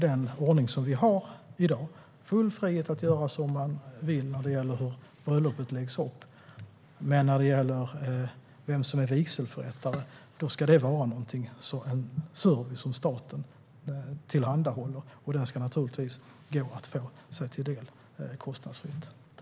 Den ordning som vi har i dag ger full frihet att göra som man vill när det gäller hur bröllopet läggs upp. Men när det gäller vem som är vigselförrättare ska detta vara en service som staten tillhandahåller, och den ska naturligtvis gå att få sig till del kostnadsfritt.